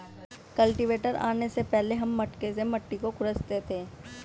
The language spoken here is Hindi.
कल्टीवेटर आने से पहले हम मटके से मिट्टी को खुरंचते थे